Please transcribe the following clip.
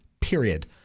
period